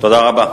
תודה רבה.